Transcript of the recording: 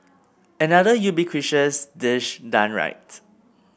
another ubiquitous dish done right